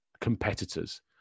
competitors